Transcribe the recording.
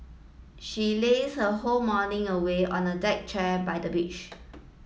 she lazed her whole morning away on a deck chair by the beach